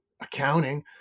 accounting